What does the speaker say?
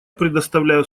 предоставляю